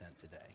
today